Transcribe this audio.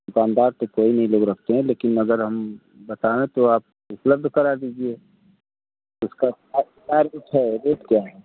दुकानदार तो कोई भी रेट रखते हैं लेकिन अगर हम बताएँ तो आप उपलब्ध करा दीजिए इसका क्या रेट है रेट क्या है